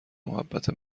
محبت